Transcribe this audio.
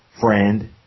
friend